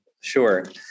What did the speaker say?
Sure